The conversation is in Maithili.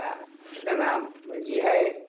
आओर जेना ई हइ